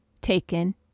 taken